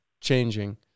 changing